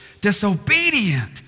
disobedient